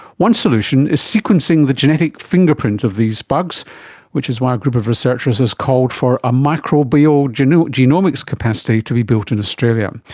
one solution is sequencing the genetic fingerprint of these bugs which is why group of researchers has called for a microbial genomics capacity to be built in australia.